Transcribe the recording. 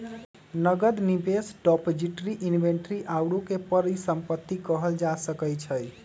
नकद, निवेश, depository, inventory आउरो के परिसंपत्ति कहल जा सकइ छइ